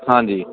ਹਾਂਜੀ